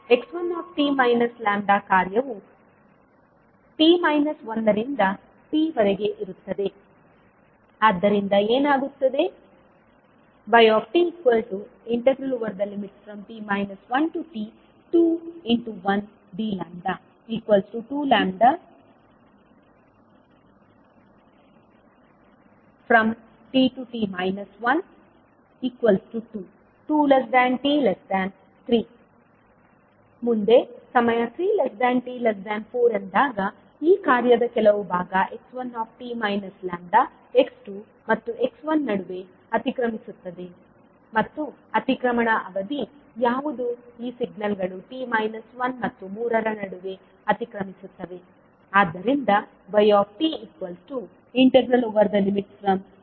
ಆದ್ದರಿಂದ ಏನಾಗುತ್ತದೆ ytt 1t21d2|t t 1 22t3 ಮುಂದೆ ಸಮಯ 3t4 ಎಂದಾಗ ಈ ಕಾರ್ಯದ ಕೆಲವು ಭಾಗ x1 x2ಮತ್ತು x1 ನಡುವೆ ಅತಿಕ್ರಮಿಸುತ್ತದೆ ಮತ್ತು ಅತಿಕ್ರಮಣ ಅವಧಿ ಯಾವುದು ಈ ಸಿಗ್ನಲ್ಗಳು ಮತ್ತು 3 ರ ನಡುವೆ ಅತಿಕ್ರಮಿಸುತ್ತವೆ